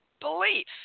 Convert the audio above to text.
belief